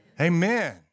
Amen